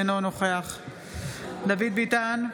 אינו נוכח דוד ביטן,